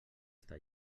està